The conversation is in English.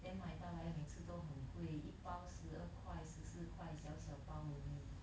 then 买到来每次都很贵一包十二块十四块小小包 only